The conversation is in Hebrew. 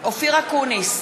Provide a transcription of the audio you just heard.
אופיר אקוניס,